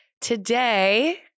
Today